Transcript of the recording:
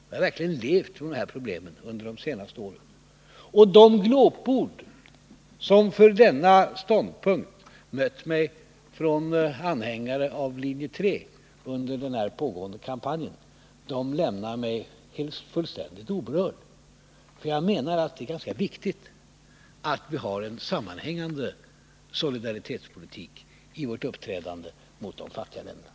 Jag har verkligen levt med dessa problem under de senaste åren, och de glåpord från anhängarna av linje 3 som mött mig under den pågående kampanjen, därför att jag intagit den här ståndpunkten, lämnar mig fullständigt oberörd. Jag menar nämligen att det är ganska viktigt att vi har en sammanhängande solidaritetspolitik när det gäller vårt uppträdande mot de fattiga länderna.